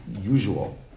usual